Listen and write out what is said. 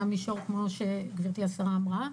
זה המישור שגברתי אמרה,